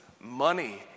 money